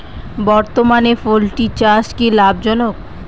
বর্তমানে পোলট্রি চাষ কি লাভজনক?